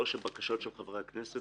--- כשעוסקים במצעד הדגלים,